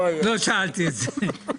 לא שאלתי את זה.